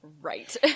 Right